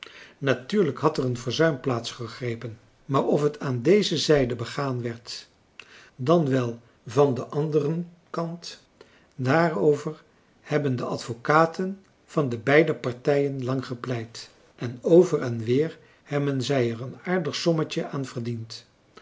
natuurlijk had er een verzuim plaats gegrepen maar of het aan deze zijde begaan werd dan wel van den anderen kant daarover hebben de advocaten van de beide partijen lang gepleit en over en weer hebben zij er een aardig sommetje aan verdiend